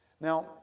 Now